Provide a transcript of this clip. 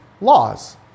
laws